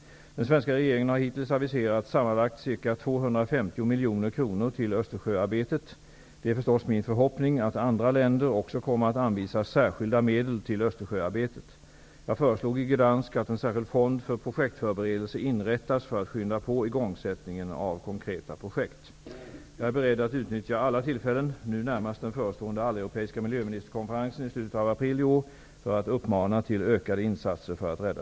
Den svenska regeringen har hittills aviserat sammanlagt ca 250 miljoner kronor till Östersjöarbetet. Det är förstås min förhoppning att andra länder också kommer att anvisa särskilda medel till Östersjöarbetet. Jag föreslog i Gdansk att en särskild fond för projektförberedelse inrättas för att skynda på igångsättningen av konkreta projekt. Jag är beredd att utnyttja alla tillfällen, nu närmast den förestående alleuropeiska miljöministerkonferensen i slutet av april i år, för att uppmana till ökade insatser för att rädda